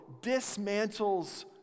dismantles